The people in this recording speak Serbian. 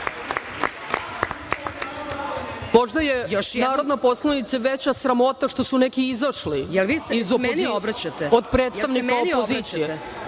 Možda je narodna poslanice veća sramota što su neki izašli iz od predstavnika opozicije